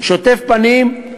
שוטף פנים?